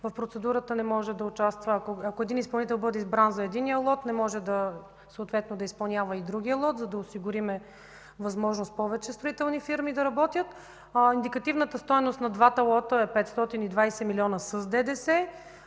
В процедурата, ако един изпълнител бъде избран за единия лот, не може да изпълнява и другия лот, за да осигурим възможност повече строителни фирми да работят. Индикативната стойност на двата лота е 520 милиона с ДДС.